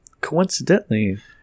coincidentally